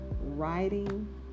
writing